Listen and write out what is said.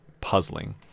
puzzling